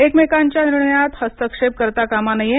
एकमेकांच्या निर्णयात हस्तक्षेप करता कामा नये